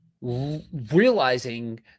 Realizing